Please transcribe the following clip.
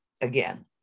again